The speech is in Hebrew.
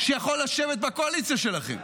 שיכול לשבת בקואליציה שלכם.